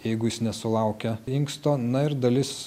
jeigu jis nesulaukia inksto na ir dalis